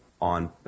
on